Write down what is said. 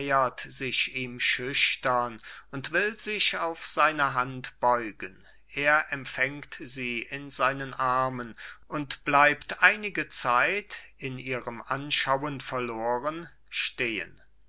sich ihm schüchtern und will sich auf seine hand beugen er empfängt sie in seinen armen und bleibt einige zeit in ihrem anschauen verloren stehen